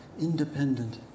independent